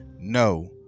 no